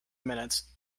minutes